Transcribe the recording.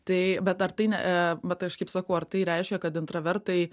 tai bet ar tai ne eee bet aš kaip sakau ar tai reiškia kad intravertai